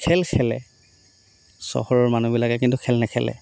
খেল খেলে চহৰৰ মানুহবিলাকে কিন্তু খেল নেখেলে